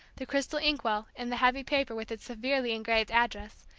the crystal ink-well, and the heavy paper, with its severely engraved address,